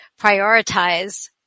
prioritize